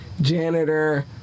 janitor